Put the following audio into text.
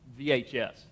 VHS